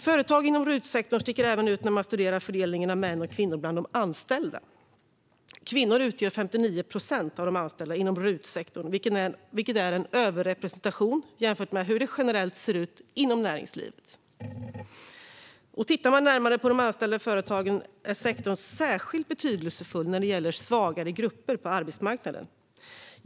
Företag inom RUT-sektorn sticker även ut när man studerar fördelningen av män och kvinnor bland de anställda. Kvinnor utgör 59 procent av de anställda inom RUT-sektorn, vilket är en överrepresentation jämfört med hur det generellt ser ut inom näringslivet. Tittar man närmare på de anställda i företagen ser man att sektorn är särskilt betydelsefull för svagare grupper på arbetsmarknaden.